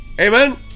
Amen